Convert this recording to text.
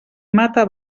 mata